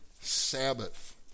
Sabbath